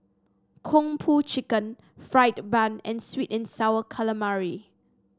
Kung Po Chicken fried bun and sweet and sour calamari